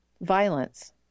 violence